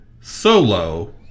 Solo